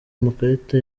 amakarita